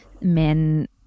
men